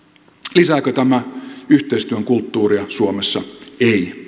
lisääkö tämä yhteistyön kulttuuria suomessa ei